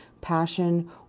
passion